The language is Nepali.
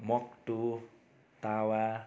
मक्टु तावा